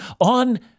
on